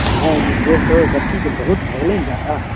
नहि नहि डेढ़ करोड़ कथीके बहुत भऽ गेलै ने जादा